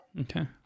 Okay